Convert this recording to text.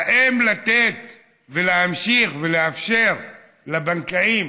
האם לתת ולהמשיך לאפשר לבנקאים